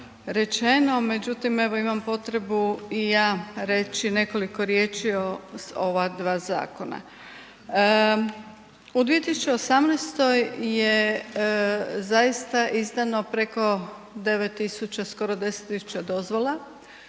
rečeno, međutim evo imam potrebu i ja reći nekoliko riječi o ova dva zakona. U 2018. je zaista izdano preko 9.000 skoro 10.000 dozvola